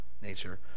nature